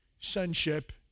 sonship